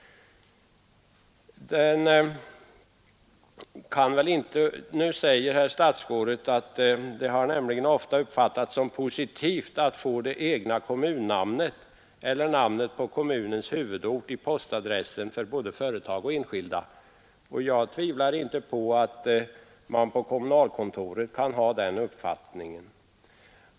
Herr statsrådet säger i sitt svar att det ofta har ”uppfattats som positivt att få det egna kommunnamnet eller namnet på kommunens huvudort i postadressen för både företag och enskilda”. Jag tvivlar inte på att man på kommunalkontoret kan ha den uppfattningen.